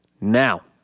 Now